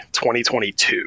2022